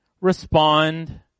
respond